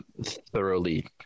thoroughly